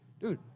Dude